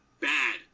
bad